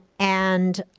and